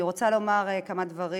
אני רוצה לומר כמה דברים.